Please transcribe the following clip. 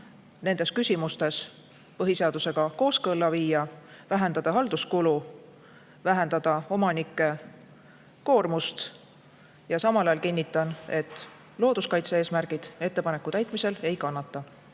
nendes küsimustes põhiseadusega kooskõlla viia, vähendada halduskulu, vähendada omanike koormust. Ja samal ajal kinnitan, et looduskaitse eesmärgid ettepaneku täitmisel ei kannata.